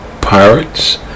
pirates